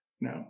no